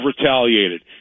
retaliated